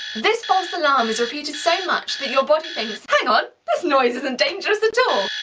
this false alarm is repeated so much that your body thinks hang on, this noise isn't dangerous at all!